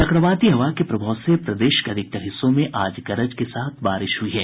चक्रवाती हवा के प्रभाव से प्रदेश के अधिकांश हिस्सों में आज गरज के साथ बारिश हुई है